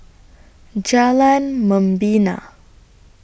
Jalan Membina